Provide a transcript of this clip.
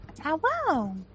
Hello